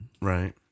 Right